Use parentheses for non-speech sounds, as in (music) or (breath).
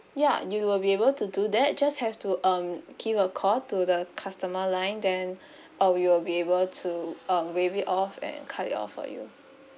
ya you will be able to do that just have to um give a call to the customer line then (breath) uh we will be able to um waived it off and cut it off for you